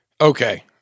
Okay